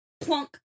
Plunk